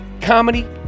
Comedy